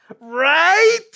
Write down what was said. Right